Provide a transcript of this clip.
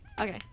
Okay